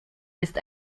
ist